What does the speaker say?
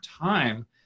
time